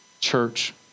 Church